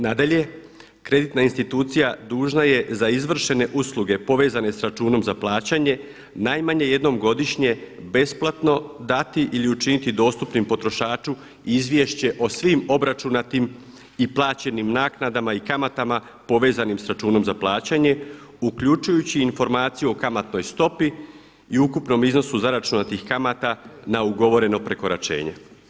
Nadalje, kreditna institucija dužna je za izvršene usluge povezane sa računom za plaćanje najmanje jednom godišnje besplatno dati ili učiniti dostupnim potrošaču izvješće o svim obračunatim i plaćenim naknadama i kamatama povezanim sa računom za plaćanje uključujući i informaciju o kamatnoj stopi i ukupnom iznosu zaračunatih kamata na ugovoreno prekoračenje.